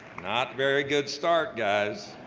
not very good start, guys.